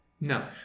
No